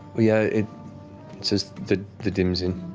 yeah, it says the the dim's inn.